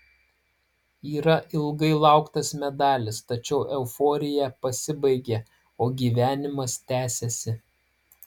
yra ilgai lauktas medalis tačiau euforija pasibaigia o gyvenimas tęsiasi